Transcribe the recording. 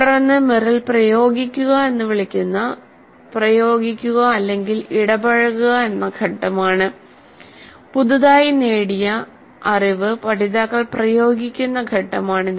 തുടർന്ന് മെറിൽ പ്രയോഗിക്കുക എന്ന് വിളിക്കുന്ന "പ്രയോഗിക്കുക ഇടപഴകുക" എന്ന ഘട്ടമാണ് പുതുതായി നേടിയ അറിവ് പഠിതാക്കൾ പ്രയോഗിക്കുന്ന ഘട്ടമാണിത്